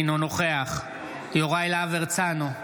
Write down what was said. אינו נוכח יוראי להב הרצנו,